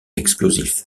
explosif